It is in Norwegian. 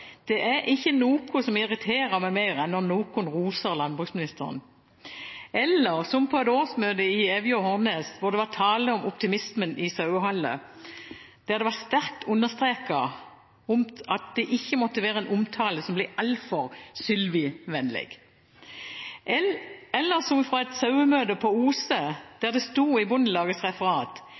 er ikkje noko som irriterer meg meir enn når nokon rosar landbruksministeren.» På et årsmøte i Evje og Hornnes sauelag, hvor det var tale om optimismen i saueholdet, var det sterkt understreket at det ikke måtte være en omtale som ble «altfor Sylvi-venleg». I Bondelagets referat fra et sauemøte på Ose